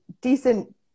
decent